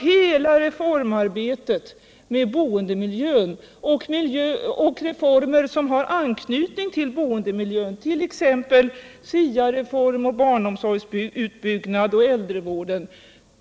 Hela reformarbetet i fråga om boendemiljön har stoppats liksom de reformer som har anknytning till boendemiljön, t.ex. SIA-skolan, barnomsorgsutbyggnaden och äldrevården.